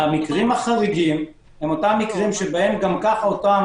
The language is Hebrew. המקרים החריגים הם אלה שבהם גם ככה אותם